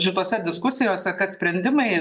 šitose diskusijose kad sprendimai